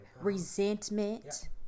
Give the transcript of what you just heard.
resentment